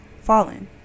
fallen